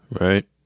Right